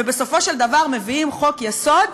ובסופו של דבר מביאים חוק-יסוד,